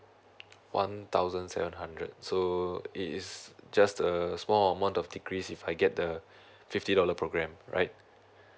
one thousand seven hundred so it's just a small amount of decrease if I get the fifty dollar programme right